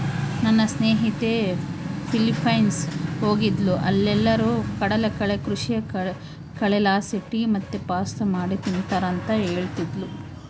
ನನ್ನ ಸ್ನೇಹಿತೆ ಫಿಲಿಪೈನ್ಸ್ ಹೋಗಿದ್ದ್ಲು ಅಲ್ಲೇರು ಕಡಲಕಳೆ ಕೃಷಿಯ ಕಳೆಲಾಸಿ ಟೀ ಮತ್ತೆ ಪಾಸ್ತಾ ಮಾಡಿ ತಿಂಬ್ತಾರ ಅಂತ ಹೇಳ್ತದ್ಲು